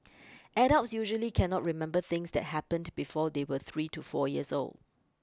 adults usually cannot remember things that happened before they were three to four years old